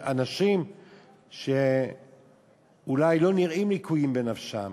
אנשים שאולי לא נראים לקויים בנפשם,